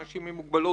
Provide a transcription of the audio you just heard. אנשים עם מוגבלות,